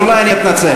אז אולי אני אתנצל.